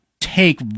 take